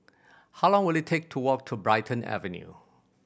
how long will it take to walk to Brighton Avenue